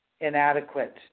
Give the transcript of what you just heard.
inadequate